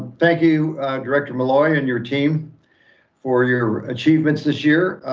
thank you director molloy and your team for your achievements this year.